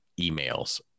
emails